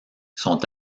sont